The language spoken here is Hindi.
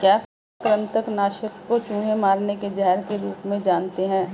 क्या कृतंक नाशक को चूहे मारने के जहर के रूप में जानते हैं?